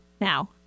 Now